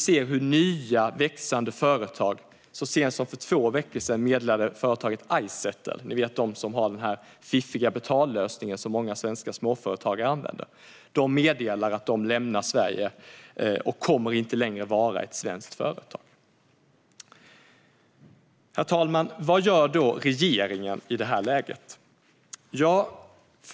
Så sent som för två veckor sedan meddelade företaget Izettle, ni vet, de som har den fiffiga betallösningen som många svenska småföretagare använder, att de lämnar Sverige och inte längre kommer att vara ett svenskt företag. Herr talman! Vad gör då regeringen i det här läget?